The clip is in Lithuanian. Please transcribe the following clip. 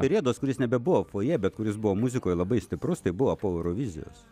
periodas kuris nebebuvo fojė bet kuris buvo muzikoj labai stiprus tai buvo po eurovizijos